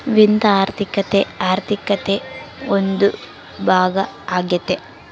ವಿತ್ತ ಆರ್ಥಿಕತೆ ಆರ್ಥಿಕತೆ ಒಂದು ಭಾಗ ಆಗ್ಯತೆ